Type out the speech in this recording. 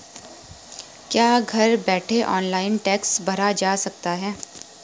क्या घर बैठे ऑनलाइन टैक्स भरा जा सकता है?